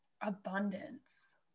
abundance